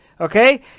okay